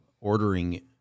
ordering